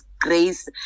Grace